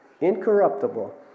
incorruptible